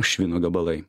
švino gabalai